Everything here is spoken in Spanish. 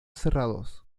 cerrados